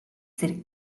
зэрэг